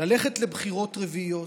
ללכת לבחירות רביעיות,